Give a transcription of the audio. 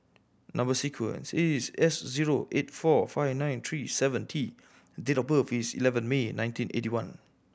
number sequence is S zero eight four five nine three seven T date of birth is eleven May nineteen eighty one